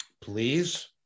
please